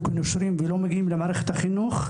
כנושרים ולא נמצאים במערכת החינוך,